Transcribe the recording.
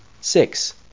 Six